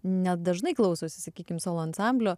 nedažnai klausosi sakykim solo ansamblio